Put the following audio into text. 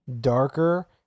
darker